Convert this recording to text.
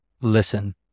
Listen